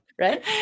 right